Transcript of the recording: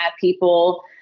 people